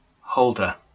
Holder